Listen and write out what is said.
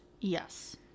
Yes